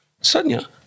Sonia